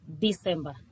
December